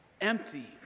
Empty